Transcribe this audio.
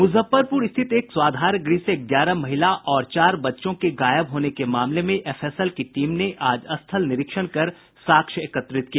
मुजफ्फरपुर स्थित एक स्वाधार गृह से ग्यारह महिला और चार बच्चों के गायब होने के मामले में एफएसएल की टीम ने आज स्थल निरीक्षण कर साक्ष्य एकत्रित किया